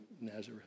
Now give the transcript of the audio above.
Nazareth